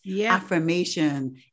affirmation